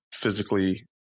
physically